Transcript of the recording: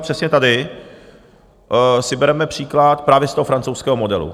Přesně tady si bereme příklad právě z toho francouzského modelu.